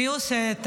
מי עושה את